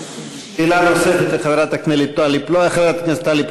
שאלה נוספת לחברת הכנסת טלי פלוסקוב.